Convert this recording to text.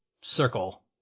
circle